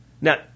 Now